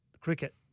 cricket